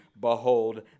behold